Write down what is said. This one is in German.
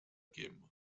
geben